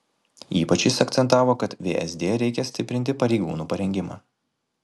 ypač jis akcentavo kad vsd reikia stiprinti pareigūnų parengimą